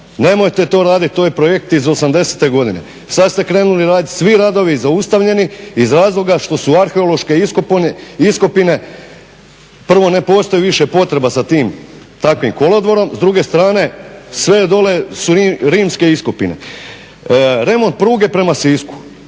nemojte to raditi to je projekt iz osamdesete godine. Sad ste krenuli raditi, svi radovi zaustavljeni iz razloga što su arheološke iskopine. Prvo ne postoji više potreba za tim takvim kolodvorom, s druge strane sve dole su rimske iskopine. Remont pruge prema Sisku.